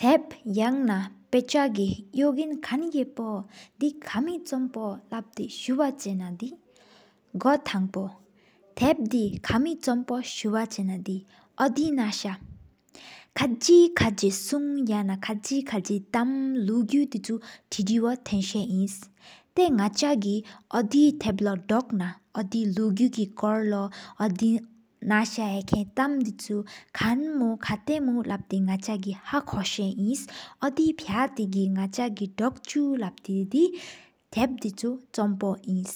ཐབ་ཡ་ན་དཔེ་ཆ་གི་གཡུག་དགན་གར་བྱེད་པོ། དེ་ཁ་མི་ཆོམ་པོ་བླབ་ཏེ་སུ་བ་ཆེ་ན་དེ། གོ་ཐངོ་ཐབ་དེ་ཀ་མི་ཆོམ་པོ་སུ་བ། ཆེ་ན་དེ་འོ་དེའི་ནང་ས་ཁ་གི་ཁ་གི་གསུང་་གཡང་ན། ཁ་གི་ཁ་གི་ཐམ་ལུ་གུ་དུད་དྲུག་དེདུ་བོ་དུད་དྲུག། ཐེན་ས་ཨིན་ཏེ་དངག་ཆ་གི་འོ་དེ་ཐབ་ལོ་དོག་ན། འོ་དེ་ལུ་གུ་གི་ཀོར་ལོ་འོ་དེ་ན་ཤ་ཡེ་པོའི་ཐེམ། དུད་གྲུབ་ཁ་མོ་ཁ་ཏ་མོ་བབ་ཏེ། ནག་ཆ་གི་ཧ་ཁོ་སྭཻདིའི་འོ་དེ་ཕྱ་པར་ཏེ་གི་དེ། ནག་ཆ་གི་དོག་ཆུ་ལབ་ཏེ་གི་དེ། ཐལ་ཏེ་ཆེམ་པོ་དང༌།